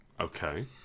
Okay